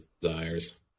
desires